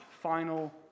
final